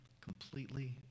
completely